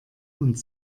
und